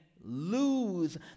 lose